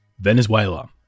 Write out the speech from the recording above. Venezuela